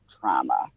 trauma